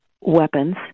weapons